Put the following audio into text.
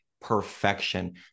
perfection